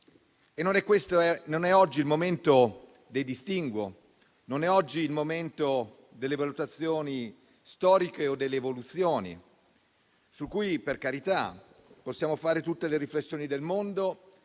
Non è questo il momento dei distinguo e non è oggi il momento delle valutazioni storiche o delle evoluzioni, su cui, per carità, possiamo fare tutte le riflessioni del mondo,